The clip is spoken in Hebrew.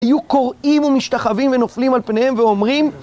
יהיו קוראים ומשתחווים ונופלים על פניהם ואומרים